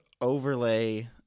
overlay